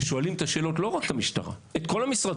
ושואלים את השאלות לא רק מול המשטרה אלא מול כל המשרדים.